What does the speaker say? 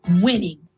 winning